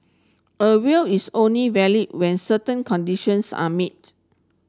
a will is only valid when certain conditions are meet